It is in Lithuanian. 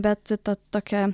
bet ta tokia